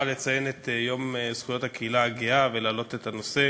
לציין את יום זכויות הקהילה הגאה ולהעלות את הנושא